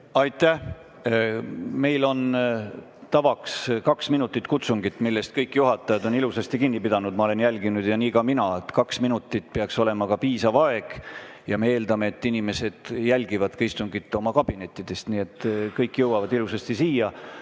Aitäh! Meil on tavaks kaks minutit kutsungit, millest kõik juhatajad on ilusasti kinni pidanud. Ma olen seda jälginud. Ja nii [teen] ka mina. Kaks minutit peaks olema piisav aeg ja me eeldame, et inimesed jälgivad istungit oma kabinettidest, nii et kõik jõuavad ilusasti siia.